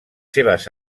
seves